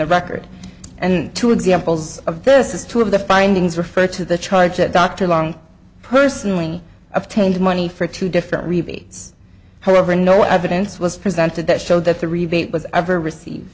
the record and two examples of this is two of the findings refer to the charge that dr long personally obtained money for two different rebates however no evidence was presented that showed that the rebate w